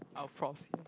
our profs